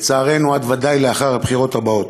לצערנו, ודאי עד לאחר הבחירות הבאות.